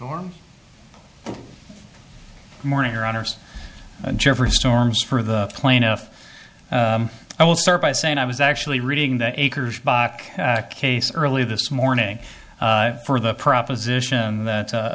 form morning or honors jeffery storms for the plaintiff i will start by saying i was actually reading the acres bach case early this morning for the proposition that a